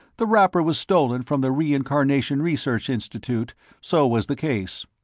the wrapper was stolen from the reincarnation research institute so was the case.